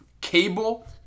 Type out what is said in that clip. Cable